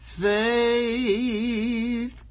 faith